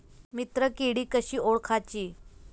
मित्र किडी कशी ओळखाची?